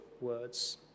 words